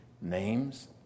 names